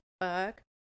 fuck